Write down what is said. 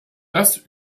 das